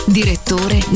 direttore